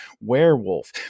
werewolf